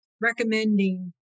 recommending